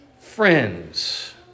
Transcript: friends